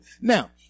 Now